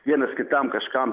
vienas kitam kažkam